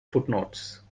footnotes